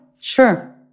sure